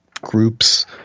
groups